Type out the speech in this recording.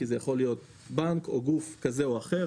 כי זה יכול להיות בנק או גוף כזה או אחר.